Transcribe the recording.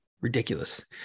ridiculous